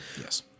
Yes